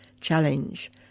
challenge